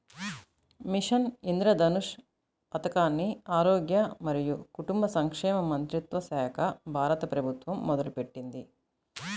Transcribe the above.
machine Indradhanush పథకాన్ని ఆరోగ్య మరియు కుటుంబ సంక్షేమ మంత్రిత్వశాఖ, భారత ప్రభుత్వం మొదలుపెట్టింది